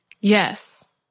Yes